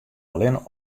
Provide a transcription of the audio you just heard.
allinne